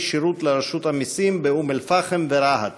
שירות של רשות המסים באום אלפחם ורהט.